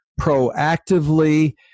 proactively